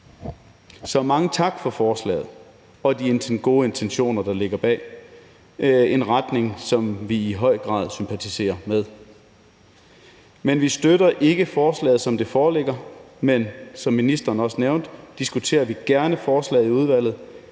Så mange tak for forslaget og de gode intentioner, der ligger bag. Det er en retning, som vi i høj grad sympatiserer med. Men vi støtter ikke forslaget, som det foreligger. Men som ministeren også nævnte, diskuterer vi gerne forslaget i udvalget,